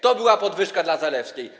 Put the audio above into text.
To była podwyżka dla Zalewskiej.